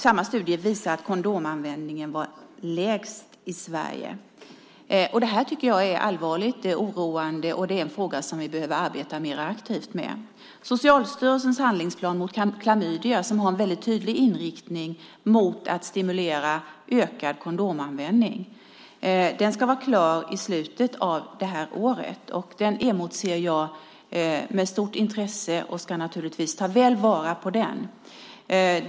Samma studie visar att kondomanvändningen var minst i Sverige. Detta är allvarligt och oroande, och det är en fråga som vi behöver arbeta mer aktivt med. Socialstyrelsens handlingsplan mot klamydia har en mycket tydlig inriktning på att stimulera ökad kondomanvändning. Den ska vara klar i slutet av året. Den emotser jag med stort intresse, och jag ska naturligtvis ta väl vara på den.